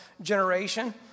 generation